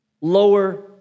lower